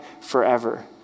forever